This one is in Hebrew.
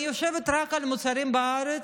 אני יושבת רק על מוצרים בארץ,